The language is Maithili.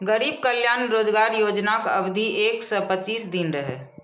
गरीब कल्याण रोजगार योजनाक अवधि एक सय पच्चीस दिन रहै